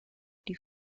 die